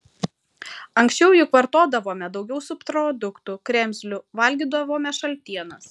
anksčiau juk vartodavome daugiau subproduktų kremzlių valgydavome šaltienas